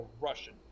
Russian